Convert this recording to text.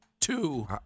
two